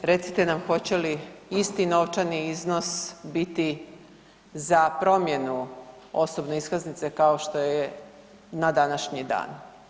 Recite nam hoće li isti novčani iznos biti za promjenu osobne iskaznice kao što je na današnji dan?